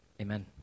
Amen